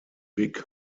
big